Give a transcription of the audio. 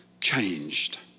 Changed